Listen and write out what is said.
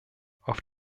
auf